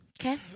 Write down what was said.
Okay